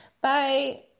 bye